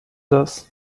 das